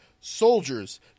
soldiers